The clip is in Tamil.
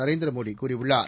நரேந்திர மோடி கூறியுள்ளார்